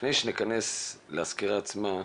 לפני שניכנס לסקירה עצמה,